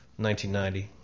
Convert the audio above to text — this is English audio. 1990